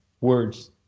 words